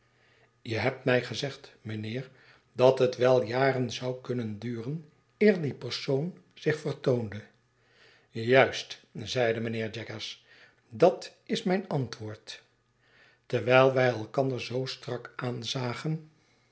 je hebt mij gezegd mijnheer dat het wel jaren zou kunnen duren eer die persoon zich vertoonde juist zeide mynheer jaggers dat is mijn antwoord terwijl wij elkander zoo strak aanzagen